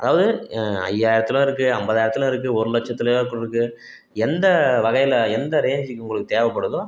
அதாவது ஐயாயிரத்துலேயும் இருக்குது ஐம்பதாயிரத்துலையும் இருக்குது ஒரு லட்சத்துலேயும் கூட இருக்குது எந்த வகையில் எந்த ரேஞ்சுக்கு உங்களுக்கு தேவைப்படுதோ